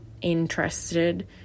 interested